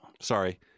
Sorry